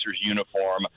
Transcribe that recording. uniform